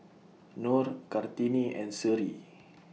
Nor Kartini and Seri